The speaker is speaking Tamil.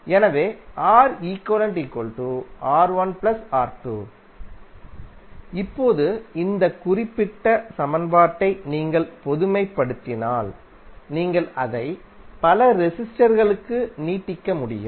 எனவே இப்போது இந்த குறிப்பிட்ட சமன்பாட்டை நீங்கள் பொதுமைப்படுத்தினால் நீங்கள் அதை பல ரெசிஸ்டர் களுக்கு நீட்டிக்க முடியும்